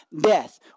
Death